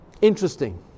interesting